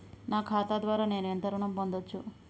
నా ఖాతా ద్వారా నేను ఎంత ఋణం పొందచ్చు?